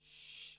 בבקשה.